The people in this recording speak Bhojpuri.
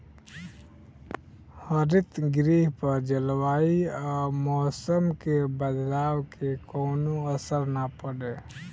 हरितगृह पर जलवायु आ मौसम के बदलाव के कवनो असर ना पड़े